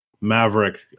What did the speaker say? Maverick